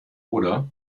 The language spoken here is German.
oder